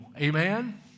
Amen